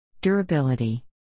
Durability